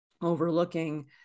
overlooking